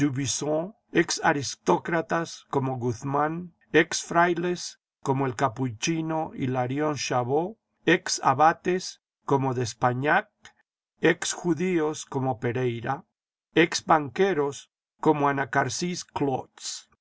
aristócratas como guzmán ex frailes como el capuchino hilarión chabot ex abates como d'espagnac ex judíos como pereyra ex banqueros como anacarsis